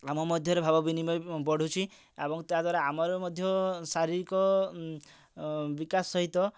ଆମ ମଧ୍ୟରେ ଭାବ ବିନିମୟ ବଢ଼ୁଛି ଏବଂ ତା ଦ୍ୱାରା ଆମର ମଧ୍ୟ ଶାରୀରିକ ବିକାଶ ସହିତ